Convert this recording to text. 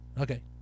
Okay